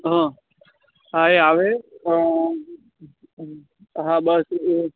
હં હા એ આવે પણ હા બસ એ